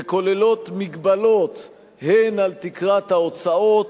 וכוללות הגבלות הן על תקרת ההוצאות,